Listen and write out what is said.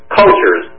cultures